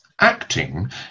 acting